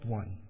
one